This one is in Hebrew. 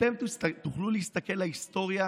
אתם תוכלו להסתכל להיסטוריה